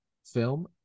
Film